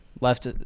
left